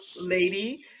lady